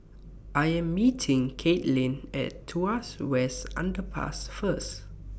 I Am meeting Caitlynn At Tuas West Underpass First